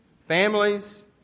families